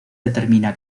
determina